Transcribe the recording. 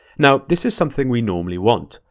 now, this is something we normally want.